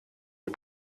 die